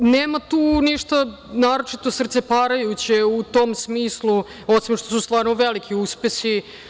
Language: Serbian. Nema tu ništa naročito srceparajuće u tom smislu osim što su stvarno veliki uspesi.